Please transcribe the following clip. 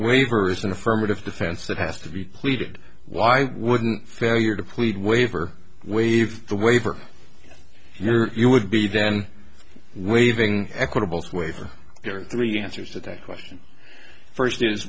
waivers an affirmative defense that has to be pleaded why wouldn't failure to plead waiver waive the waiver you're you would be then waiving equitable way for your three answers today question first is